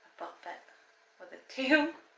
butt bit for the tail